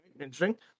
Interesting